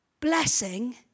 blessing